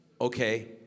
okay